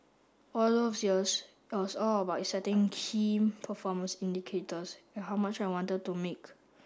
all those years all was all about setting key performance indicators and how much I wanted to make